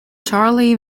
charley